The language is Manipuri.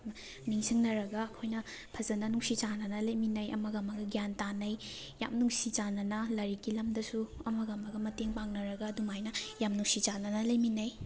ꯅꯤꯡꯁꯤꯡꯅꯔꯒ ꯑꯩꯈꯣꯏꯅ ꯐꯖꯅ ꯅꯨꯡꯁꯤ ꯆꯥꯟꯅꯅ ꯂꯩꯃꯤꯟꯅꯩ ꯑꯃꯒ ꯑꯃꯒ ꯒ꯭ꯌꯥꯟ ꯇꯥꯅꯩ ꯌꯥꯝ ꯅꯨꯡꯁꯤ ꯆꯥꯟꯅꯅ ꯂꯥꯏꯔꯤꯛꯀꯤ ꯂꯝꯗꯁꯨ ꯑꯃꯒ ꯑꯃꯒ ꯃꯇꯦꯡ ꯄꯥꯡꯅꯔꯒ ꯑꯗꯨꯃꯥꯏꯅ ꯌꯥꯝ ꯅꯨꯡꯁꯤ ꯆꯥꯟꯅꯅ ꯂꯩꯃꯤꯟꯅꯩ